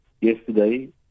yesterday